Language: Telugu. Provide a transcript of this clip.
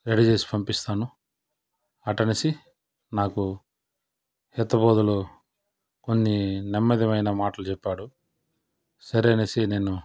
రెడీ చేసి పంపిస్తాను అటనిసి నాకు హితబోదులు కొన్ని నెమ్మదివైన మాటలు చెప్పాడు సరే అనేసి నేను